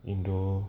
indo